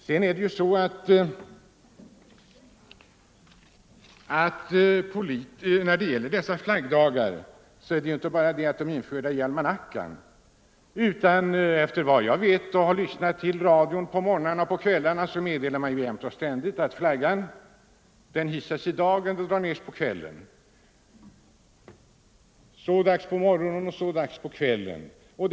Vidare är det så att dessa flaggdagar ju inte bara är införda i almanackan, utan efter vad jag hört talar man i radion jämt och ständigt om att i dag hissas flaggan då och då och halas då och då.